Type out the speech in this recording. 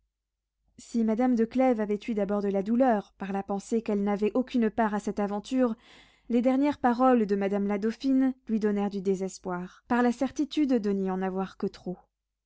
si madame de clèves avait eu d'abord de la douleur par la pensée qu'elle n'avait aucune part à cette aventure les dernières paroles de madame la dauphine lui donnèrent du désespoir par la certitude de n'y en avoir que trop